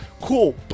Cool